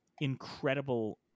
incredible